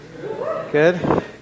Good